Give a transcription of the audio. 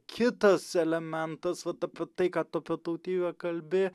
kitas elementas vat apie tai ką tu apie tautybę kalbi